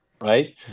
Right